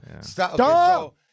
stop